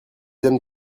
aiment